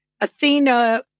Athena